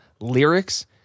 lyrics